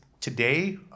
Today